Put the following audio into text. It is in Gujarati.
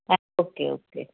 હા ઓકે ઓકે